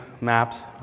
Maps